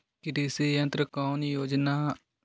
कृषि यंत्र कौन योजना के माध्यम से ले सकैछिए?